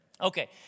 Okay